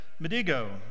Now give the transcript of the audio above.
Medigo